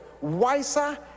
wiser